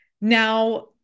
now